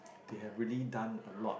they have really done a lot